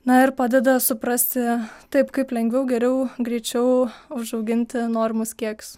na ir padeda suprasti taip kaip lengviau geriau greičiau užauginti norimus kiekius